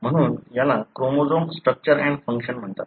म्हणून याला chromosome structure and function म्हणतात